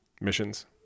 missions